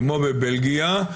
כמו בבלגיה,